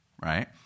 right